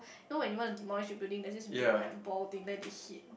know when you wanna demolish a building there's this big like a ball thing then they hit